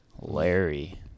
Larry